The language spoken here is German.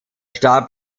starb